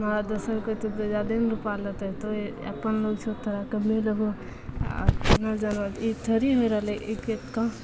वहाँ दोसर कोइ तब तऽ जादे रुपा ने लेतै तू अप्पन लोक छऽ तोरा कम्मे लेबहो आओर आओर फल्लाँ जगह ई थोड़ी होइ रहलै ई के कहाँ